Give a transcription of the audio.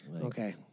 Okay